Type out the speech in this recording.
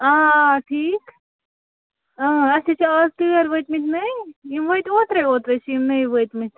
آ آ ٹھیٖک اۭں اسہے چھِ آز ٹٲرۍ وٲتِمٕتۍ نٔے یِم وٲتۍ اوترے اوترے چھِ یِم نٔے وٲتمٕتۍ